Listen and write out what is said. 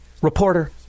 Reporter